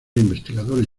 investigadores